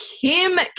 Kim